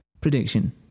Prediction